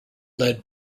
led